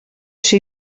ser